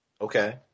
Okay